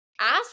ask